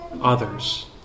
others